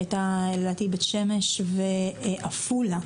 בית שמש ועפולה,